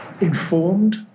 informed